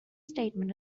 statement